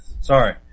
Sorry